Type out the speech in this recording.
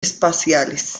espaciales